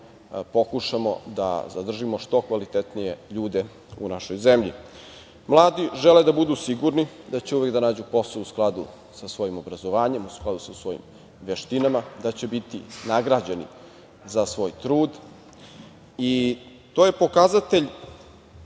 pokušamo da zadržimo što kvalitetnije ljude u našoj zemlji. Mladi žele da budu sigurni da će uvek nađu posao u skladu sa svojim obrazovanjem, u skladu sa svojim veštinama, da će biti nagrađeni za svoj trud. To je pokazatelj